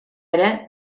ere